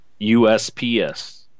USPS